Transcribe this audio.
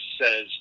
says